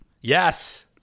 Yes